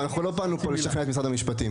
אנחנו לא באנו פה לשכנע את משרד המשפטים.